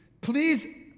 please